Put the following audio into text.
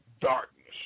darkness